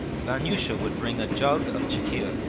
vanyusha would bring a jug of chikhir,